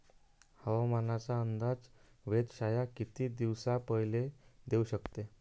हवामानाचा अंदाज वेधशाळा किती दिवसा पयले देऊ शकते?